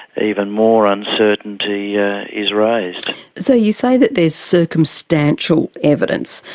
even more uncertainty yeah is raised. so you say that there is circumstantial evidence.